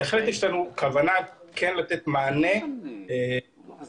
בהחלט יש לנו כוונה כן לתת מענה בשוטף,